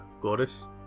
goddess